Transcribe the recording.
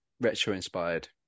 retro-inspired